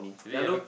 is it yellow